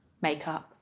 Makeup